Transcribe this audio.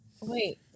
Wait